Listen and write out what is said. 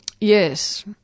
Yes